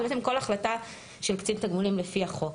שזה בעצם כול החלטה של קצין תגמולים לפי החוק.